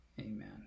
amen